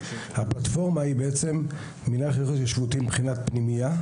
הפלטפורמה היא בעצם מינהל לחינוך התיישבותי מבחינת פנימייה,